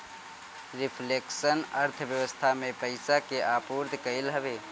reflection अर्थव्यवस्था में पईसा के आपूर्ति कईल हवे